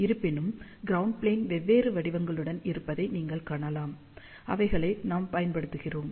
இருப்பினும் ground plane வெவ்வேறு வடிவங்களுடன் இருப்பதை நீங்கள் காணலாம் அவைகளை நாம் பயன்படுத்துகிறோம்